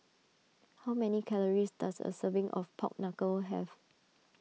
how many calories does a serving of Pork Knuckle have